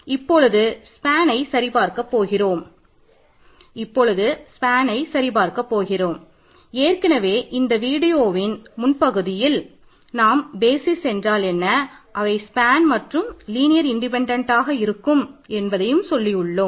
இப்பொழுது ஸ்பேன் ஆக உள்ளது